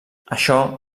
això